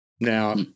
Now